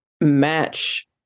match